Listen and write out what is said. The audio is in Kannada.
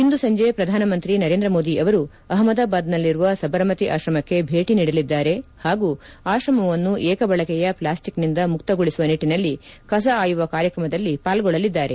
ಇಂದು ಸಂಜೆ ಪ್ರಧಾನಮಂತ್ರಿ ನರೇಂದ್ರ ಮೋದಿ ಅವರು ಅಹ್ಮದಾಬಾದ್ನಲ್ಲಿರುವ ಸಬರ್ಮತಿ ಆಶ್ರಮಕ್ಕೆ ಭೇಟಿ ನೀಡಲಿದ್ದಾರೆ ಹಾಗೂ ಆಶ್ರಮವನ್ನು ಏಕ ಬಳಕೆಯ ಪ್ಲಾಸ್ಟಿಕ್ನಿಂದ ಮುಕ್ತಗೊಳಿಸುವ ನಿಟ್ಟಿನಲ್ಲಿ ಕಸ ಆಯುವ ಕಾರ್ಯಕ್ರಮದಲ್ಲಿ ಪಾಲ್ಗೊಳ್ಳಲಿದ್ದಾರೆ